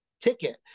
ticket